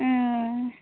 ᱩᱸ ᱻ